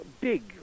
big